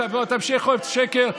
תמשיך, עוד שקר.